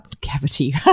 cavity